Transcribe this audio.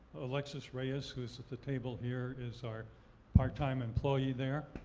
alexis reus, who's at the table here, is our part-time employee there.